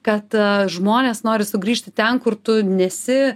kad žmonės nori sugrįžti ten kur tu nesi